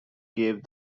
gave